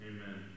Amen